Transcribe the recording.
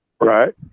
right